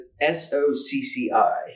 s-o-c-c-i